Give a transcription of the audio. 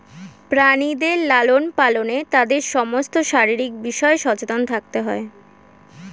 প্রাণীদের লালন পালনে তাদের সমস্ত শারীরিক বিষয়ে সচেতন থাকতে হয়